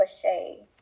cliche